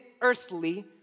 earthly